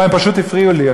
לא, הם פשוט הפריעו לי.